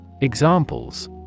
Examples